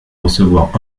recevoir